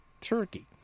Turkey